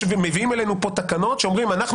מביאים אלינו פה תקנות שאומרות אנחנו